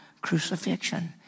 crucifixion